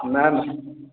ନା ନା